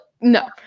no